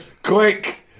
Quick